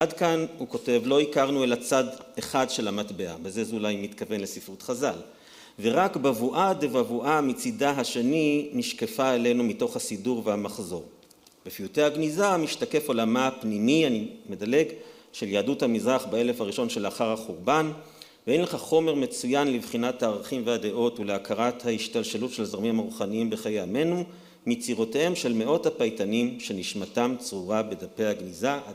עד כאן הוא כותב, לא הכרנו אל הצד אחד של המטבע, בזה זה אולי מתכוון לספרות חז"ל. ורק בבואה דבבואה מצידה השני נשקפה אלינו מתוך הסידור והמחזור. בפיוטי הגניזה משתקף עולמה פנימי, אני מדלג, של יהדות המזרח באלף הראשון שלאחר החורבן, ואין לך חומר מצוין לבחינת הערכים והדעות ולהכרת ההשתלשלות של זרמים רוחניים בחיי עמנו, מצירותיהם של מאות הפייטנים שנשמתם צרורה בדפי הגניזה.